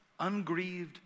ungrieved